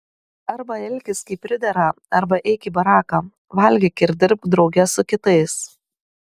arba elkis kaip pridera arba eik į baraką valgyk ir dirbk drauge su kitais